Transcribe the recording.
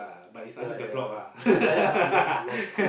ya ya under block